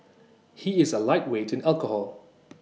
he is A lightweight in alcohol